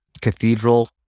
cathedral